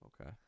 Okay